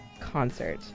concert